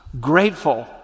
Grateful